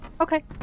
Okay